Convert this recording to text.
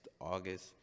August